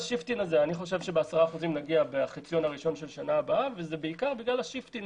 אני חושב של-10% נגיע בחציון של שנה הבאה וזה בעיקר בגלל השיפטינג